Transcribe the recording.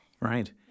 Right